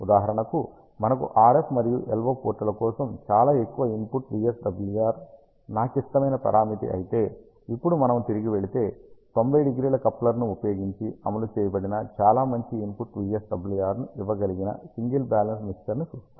ఉదాహరణకు మనకు RF మరియు LO పోర్ట్ల కోసం చాలా ఎక్కువ ఇన్పుట్ VSWR నా క్లిష్టమైన పారామితి అయితే ఇప్పుడు మనము తిరిగి వెళితే 90° కప్లర్ ని ఉపయోగించి అమలు చేయబడిన చాలా మంచి ఇన్పుట్ VSWR ను ఇవ్వగాలిగిన సింగిల్ బ్యాలెన్స్ మిక్సర్ ని చూస్తారు